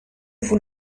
vous